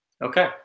Okay